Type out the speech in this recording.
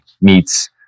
meets